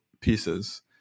pieces